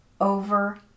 over